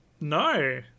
No